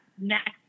next